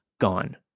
Gone